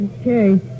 Okay